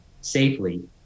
safely